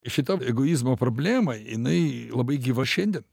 šita egoizmo problema jinai labai gyva šiandien